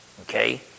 Okay